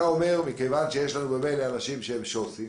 אתה אומר שמכיוון שיש לנו ממילא אנשים שהם שו"סים,